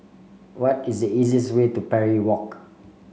what is the easiest way to Parry Walk